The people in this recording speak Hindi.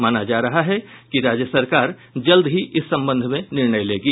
माना जा रहा है कि राज्य सरकार जल्द ही इस संबंध में निर्णय लेगी